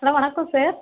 hello வணக்கம் sir